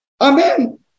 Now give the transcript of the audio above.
Amen